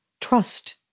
trust